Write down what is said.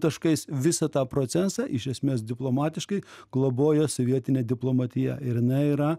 taškais visą tą procesą iš esmės diplomatiškai globojo sovietinė diplomatija ir jinai yra